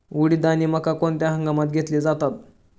उडीद आणि मका कोणत्या हंगामात घेतले जातात?